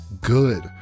good